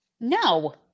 No